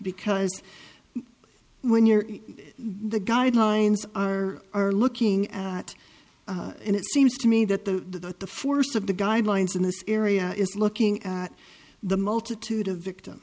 because when you're the guidelines are are looking at and it seems to me that the force of the guidelines in this area is looking at the multitude of victim